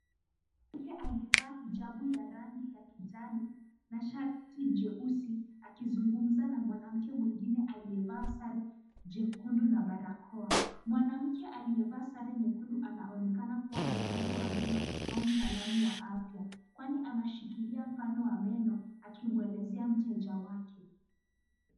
Mwanamke aliyevaa hijabu ya rangi ya kijani na shati jeusi akizungumza na mwanamke mwingine aliyevaa sare jekundu na barakoa. Mwanamke aliyevaa sare nyekundu anaonekana kuwa daktari wa meno au mtaalamu wa afya kwani anashikilia mfano wa meno akimwelezea mteja wake.